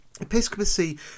Episcopacy